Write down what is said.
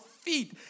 feet